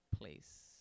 place